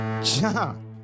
John